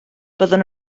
byddwn